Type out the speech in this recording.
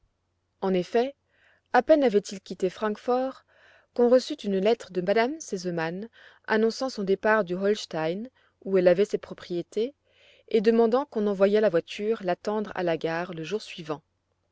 en effet à peine avait-il quitté francfort qu'on reçut une lettre de m me sesemann annonçant son départ du holstein où elle avait ses propriétés et demandant qu'on envoyât la voiture l'attendre à la gare le jour suivant